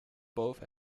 boven